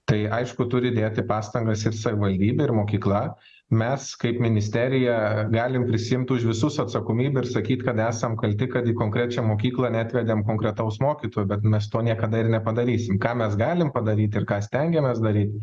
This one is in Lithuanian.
tai aišku turi dėti pastangas į savivaldybė ir mokykla mes kaip ministerija galim prisiimti už visus atsakomybę ir sakyt kad esam kalti kad į konkrečią mokyklą neatvedėm konkretaus mokytojo bet mes to niekada ir nepadarysim ką mes galim padaryti ir ką stengiamės daryti